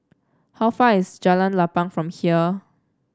how far away is Jalan Lapang from here